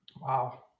Wow